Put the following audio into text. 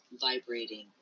vibrating